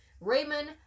Raymond